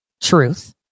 Truth